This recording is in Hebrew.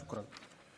שוכרן.